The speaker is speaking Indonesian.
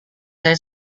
saya